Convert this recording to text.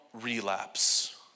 relapse